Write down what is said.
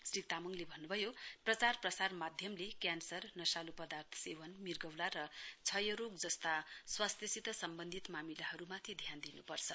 श्री तामङले भन्नुभयो प्रचार प्रसार माध्यमले क्यान्सर नशालु पदार्थ सेवन मिर्गौला र क्षयरोग जस्ता स्वास्थ्यसित सम्वन्धित मामिलाहरूमाथि ध्यान दिन्पर्छ